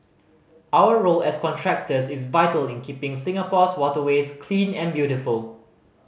our role as contractors is vital in keeping Singapore's waterways clean and beautiful